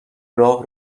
راه